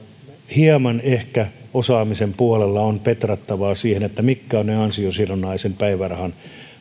hieman ehkä osaamisen puolella on petrattavaa siinä mitkä ovat ne ansiosidonnaisen päivärahan